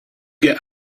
get